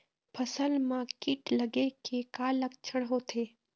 फसल म कीट लगे के का लक्षण होथे?